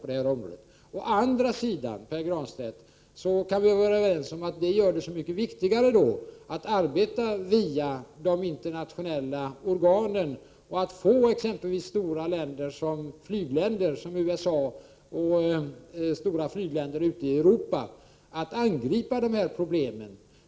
Vi kan å andra sidan, Pär Granstedt, vara överens om att detta gör det så mycket viktigare att arbeta via de internationella organen och att få ett så stort flygland som USA och länder i Europa att angripa problemen.